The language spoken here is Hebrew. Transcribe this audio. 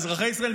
אזרחי ישראל,